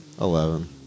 Eleven